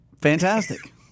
Fantastic